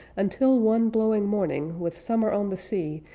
until one blowing morning with summer on the sea,